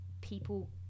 people